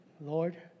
Lord